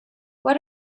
what